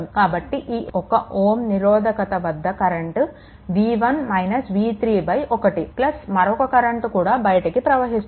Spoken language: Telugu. కాబట్టి ఈ 1Ω నిరోధకత వద్ద కరెంట్ 1 మరొక కరెంట్ కూడా బయటికి ప్రవహిస్తోంది